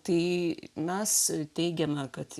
tai mes teigiame kad